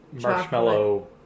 marshmallow